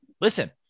Listen